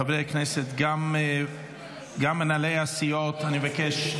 חברי הכנסת וגם מנהלי הסיעות, אני מבקש.